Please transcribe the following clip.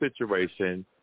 situation